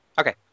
Okay